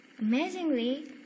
Amazingly